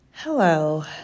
Hello